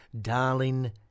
darling